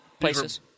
places